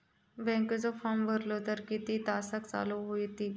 बँकेचो फार्म भरलो तर किती तासाक चालू होईत?